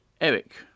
Eric